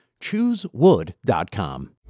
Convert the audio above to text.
Choosewood.com